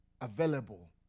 available